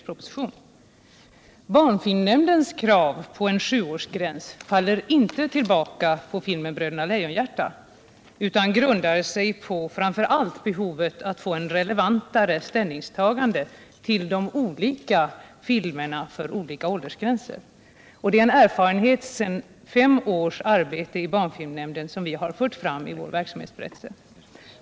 Barn 69 filmnämndens krav på en sjuårsgräns falller inte tillbaka på filmen Bröderna Lejonhjärta utan grundar sig på framför allt behovet att få ett relevantare ställningstagande till de olika filmerna för olika åldersgränser. Det är erfarenheterna av fem års arbete i barnfilmnämnden som vi fört fram i vår verksamhetsberättelse.